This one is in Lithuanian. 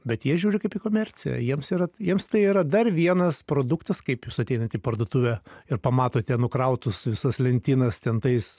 bet jie žiūri kaip į komerciją jiems yra jiems tai yra dar vienas produktas kaip jūs ateinat į parduotuvę ir pamatote nukrautus visas lentynas ten tais